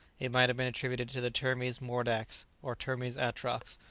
it might have been attributed to the termes mordax or termes atrox,